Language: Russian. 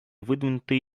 выдвинуты